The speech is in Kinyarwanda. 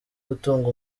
gutunga